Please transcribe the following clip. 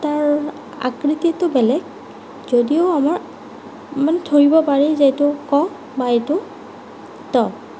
তাৰ আকৃতিটো বেলেগ যদিও আমাৰ মানে ধৰিব পাৰি যে এইটো ক বা এইটো ত